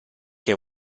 che